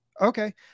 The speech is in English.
Okay